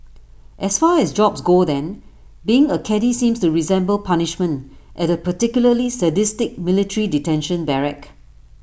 as far as jobs go then being A caddie seems to resemble punishment at A particularly sadistic military detention barrack